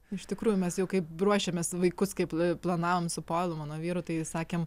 iš tikrųjų mes jau kaip ruošiamės vaikus kaip planavom su povilu mano vyru tai sakėm